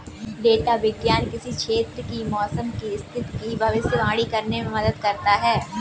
data विज्ञान किसी क्षेत्र की मौसम की स्थिति की भविष्यवाणी करने में मदद करता है